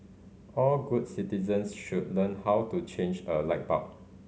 all good citizens should learn how to change a light bulb